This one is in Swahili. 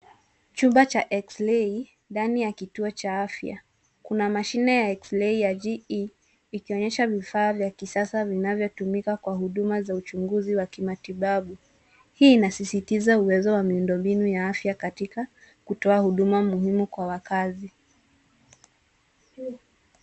Chumba cha x-ray ndani ya kituo cha afya. Kuna mashine ya x-ray ya GE, ikionyesha vifaa vya kisasa vinavyotumika kwa huduma za uchunguzi wa kimatibabu. Hii inasisitiza uwezo wa miundo mbinu ya afya katika kutoa huduma muhimu kwa wakazi.